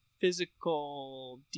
physical